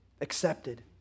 accepted